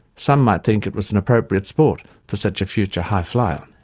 some might think it was an appropriate sport for such a future high-flier.